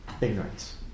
ignorance